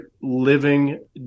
living